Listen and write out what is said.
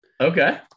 Okay